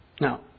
Now